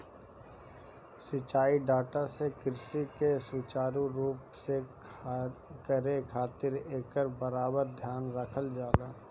सिंचाई डाटा से कृषि के सुचारू रूप से करे खातिर एकर बराबर ध्यान रखल जाला